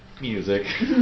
Music